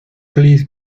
please